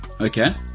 Okay